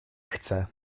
chcę